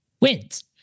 wins